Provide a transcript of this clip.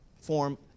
form